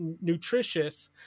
nutritious